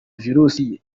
virusi